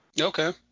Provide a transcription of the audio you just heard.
Okay